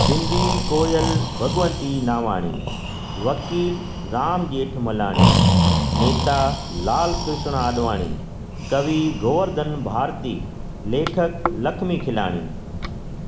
सिंधी कोयल भगवंती नावाणी वकील राम जेठमलाणी नेता लाल कृष्न आडवाणी कवि गोवर्धन भारती लेखक लखमी खिलाणी